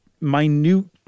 minute